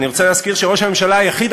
אני רוצה להזכיר שראש הממשלה היחיד,